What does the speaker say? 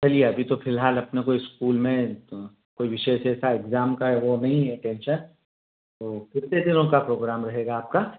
चलिए अभी तो फ़िलहाल अपने को स्कूल में कोई विशेष ऐसा एग्ज़ाम का वह नहीं है टेंशन तो कितने दिनों का प्रोग्राम रहेगा आपका